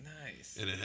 Nice